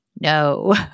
No